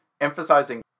emphasizing